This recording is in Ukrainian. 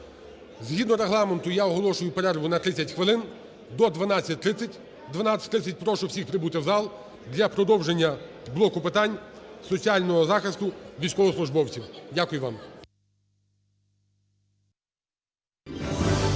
Згідно Регламенту я оголошую перерву на 30 хвилин, до 12:30. О 12:30 прошу всіх прибути в зал для продовження блоку питань соціального захисту військовослужбовців. Дякую вам. (Після